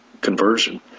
conversion